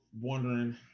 wondering